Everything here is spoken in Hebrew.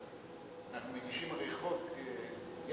אנחנו מגישים הרי חוק יחד,